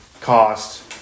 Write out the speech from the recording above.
cost